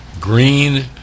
green